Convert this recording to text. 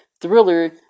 thriller